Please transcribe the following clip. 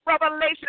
revelation